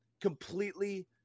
completely